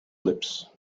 lips